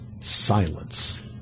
Silence